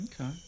Okay